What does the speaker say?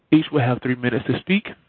each will have three minutes to speak.